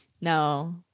No